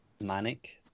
manic